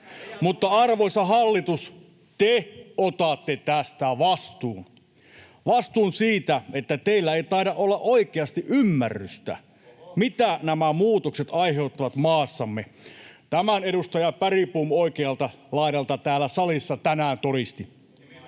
Mutta, arvoisa hallitus, te otatte tästä vastuun. Vastuun siitä, että teillä ei taida olla oikeasti ymmärrystä, mitä nämä muutokset aiheuttavat maassamme. Tämän edustaja Bergbom oikealta laidalta täällä salissa tänään todisti.